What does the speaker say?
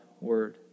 word